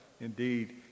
Indeed